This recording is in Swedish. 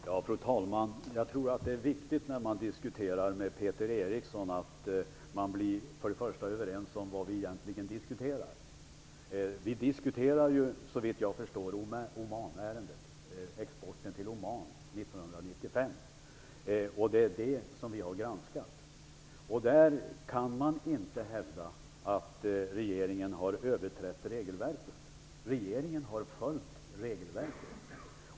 Fru talman! Först och främst tror att det är viktigt att Peter Eriksson och jag blir överens om vad vi egentligen diskuterar. Vi diskuterar ju, såvitt jag förstår, exporten till Oman 1995, och det är detta ärende som vi har granskat. Man kan inte hävda att regeringen har överträtt regelverket. Regeringen har följt regelverket.